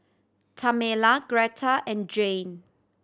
Tamela Gretta and Jayne